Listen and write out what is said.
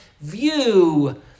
view